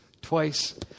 twice